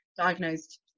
diagnosed